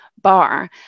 bar